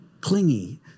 clingy